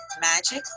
Magic